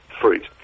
fruit